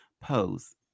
pose